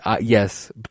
Yes